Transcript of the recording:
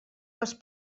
les